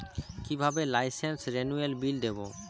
কিভাবে লাইসেন্স রেনুয়ালের বিল দেবো?